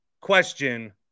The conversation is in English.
question